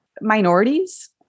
minorities